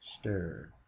stir